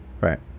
Right